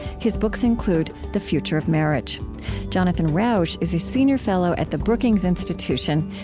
his books include the future of marriage jonathan rauch is a senior fellow at the brookings institution,